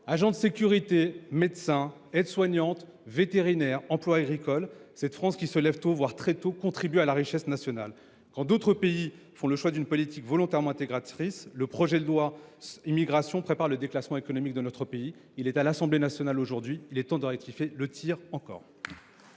Agents de sécurité, médecins hospitaliers, aides soignantes, vétérinaires, emplois agricoles : cette France qui se lève tôt, voire très tôt, contribue à la richesse nationale. Quand d’autres pays européens font le choix d’une politique volontairement intégratrice, le projet de loi pour contrôler l’immigration prépare le déclassement économique de notre pays. Il est examiné à l’Assemblée nationale aujourd’hui, il est encore temps de rectifier le tir.